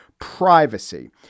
privacy